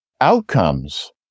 outcomes